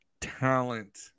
talent